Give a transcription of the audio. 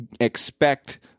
expect